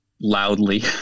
loudly